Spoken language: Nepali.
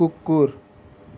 कुकुर